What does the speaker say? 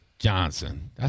johnson